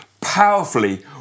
powerfully